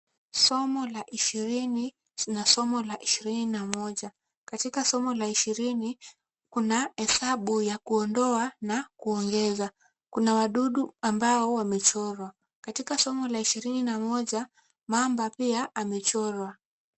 Somo la ishirini na somo la ishirini na moja. Katika somo la ishirini kuna hesabu ya kuondoa na kuongeza, kuna wadudu ambao wamechorwa. Katika somo la ishirini na moja mamba pia amechorwa.